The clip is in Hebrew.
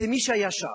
כמי שהיה שם,